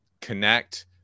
connect